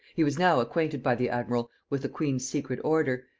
he was now acquainted by the admiral with the queen's secret order,